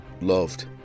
loved